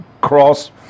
cross